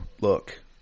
Look